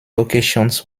locations